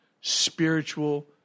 spiritual